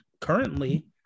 currently